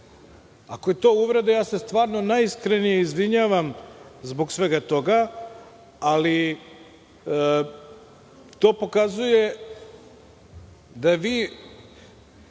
Ako je to uvreda, ja se stvarno najiskrenije izvinjavam zbog svega toga, ali to pokazuje da vi